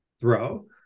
throw